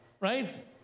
right